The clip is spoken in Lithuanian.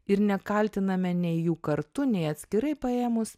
ir nekaltiname nei jų kartu nei atskirai paėmus